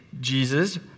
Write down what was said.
Jesus